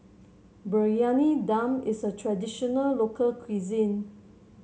Briyani Dum is a traditional local cuisine